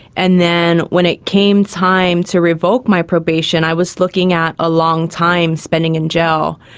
and then when it came time to revoke my probation i was looking at a long time spending in jail.